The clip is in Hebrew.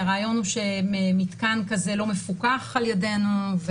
הרעיון הוא שמתקן כזה לא מפוקח על ידינו,